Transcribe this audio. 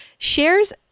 shares